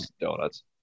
donuts